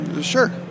Sure